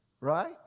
right